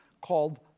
called